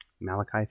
Malachi